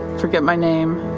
forget my name,